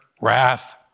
wrath